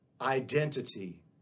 identity